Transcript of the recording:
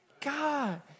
God